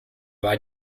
war